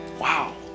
Wow